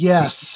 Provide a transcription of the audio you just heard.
Yes